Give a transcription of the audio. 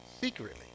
secretly